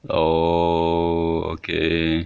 oh okay